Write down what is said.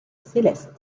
célestes